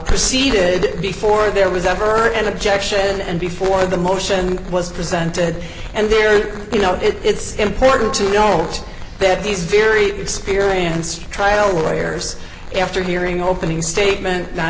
proceeded before there was ever an objection and before the motion was presented and there you know it's important to note that these very experienced trial lawyers after hearing opening statement not